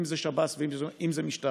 אם זה שב"ס ואם זה משטרה.